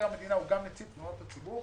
המדינה הוא גם נציב תלונות הציבור.